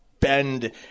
bend